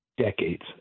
decades